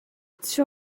two